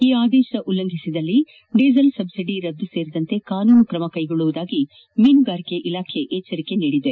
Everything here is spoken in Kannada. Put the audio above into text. ಈ ಆದೇಶ ಉಲ್ಲಂಘಿಸಿದಲ್ಲಿ ಡಿಸೇಲ್ ಸಬ್ಲಡಿ ರದ್ದು ಸೇರಿದಂತೆ ಕಾನೂನು ತ್ರಮ ಕೈಗೊಳ್ಳುವುದಾಗಿ ಮೀನುಗಾರಿಕೆ ಇಲಾಖೆ ಎಚ್ಚರಿಸಿದೆ